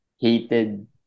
hated